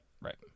right